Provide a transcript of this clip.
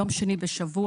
יום שני בשבוע,